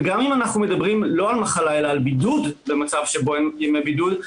גם אם אנחנו מדברים לא על מחלה אלא על בידוד במצב שבו אין ימי בידוד,